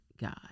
God